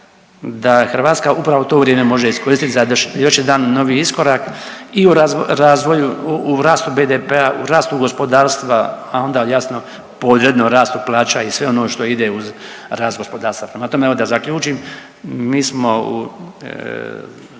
da Hrvatska upravo to vrijeme može iskoristiti za još jedan novi iskorak i u razvoju, rastu BDP-a, u rastu gospodarstva, pa onda jasno podredno rastu plaća i sve ono što ide uz rast gospodarstva. Prema tome, evo da zaključim, mi smo u,